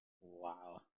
Wow